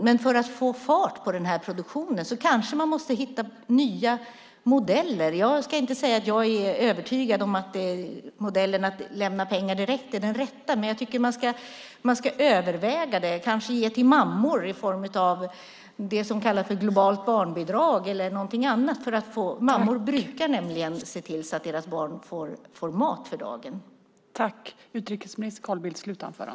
Men för att få fart på produktionen kanske man måste hitta nya modeller. Jag ska inte säga att jag är övertygad om att modellen att lämna pengar direkt är den rätta, men jag tycker att man ska överväga det. Man kanske kan ge det till mammor i form av det som kallas för globalt barnbidrag. Mammor brukar nämligen se till att deras barn får mat för dagen.